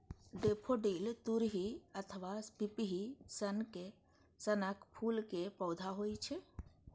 daffodil तुरही अथवा पिपही सनक फूल के पौधा होइ छै